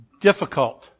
difficult